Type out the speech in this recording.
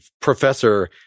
professor